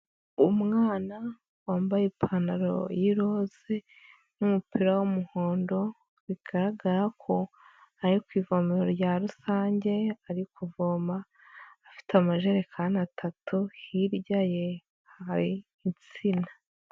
Umwana wambaye ipantaro y'iroze n'umupira w'umuhondo, bigaragara ko ari ku ivomero rya rusange, ari kuvoma afite amajerekani atatu, hirya ye hari insina.